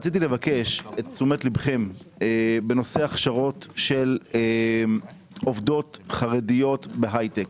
רציתי לבקש תשומת לבכם בנושא הכשרות של עובדות חרדיות בהיי טק.